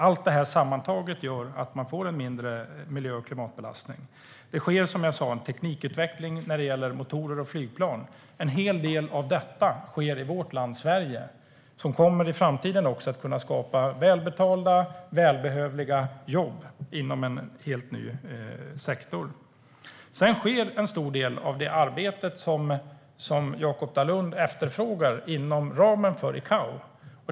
Allt det här sammantaget gör att man får mindre miljö och klimatbelastning. Det sker som sagt en teknikutveckling när det gäller motorer och flygplan. En hel del av detta sker i vårt land, i Sverige, som i framtiden kommer att kunna skapa välbetalda och välbehövliga jobb inom en helt ny sektor. En stor del av arbetet som Jakop Dalunde efterfrågar sker inom ramen för ICAO.